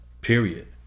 period